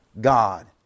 God